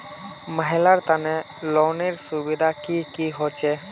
महिलार तने लोनेर सुविधा की की होचे?